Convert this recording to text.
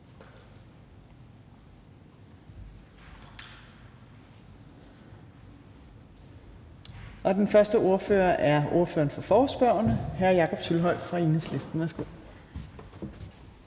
Den første ordfører er ordføreren for forespørgerne, hr. Jakob Sølvhøj fra Enhedslisten.